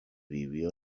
vivió